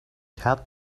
had